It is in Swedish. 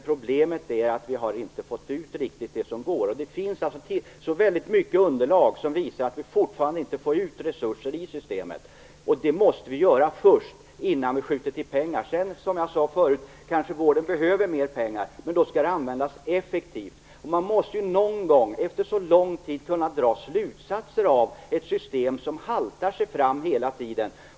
Problemet är att man inte har fått ut det som går att få ut. Det finns mycket underlag som visar att vi fortfarande inte får ut några resurser i systemet, och det måste vi först se till innan vi skjuter till pengar. Sedan kanske vården behöver mer pengar, men då skall dessa användas effektivt. Efter så lång tid måste man någon gång kunna dra slutsatser av ett system som hela tiden haltar sig fram.